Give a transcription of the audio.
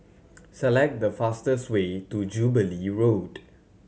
select the fastest way to Jubilee Road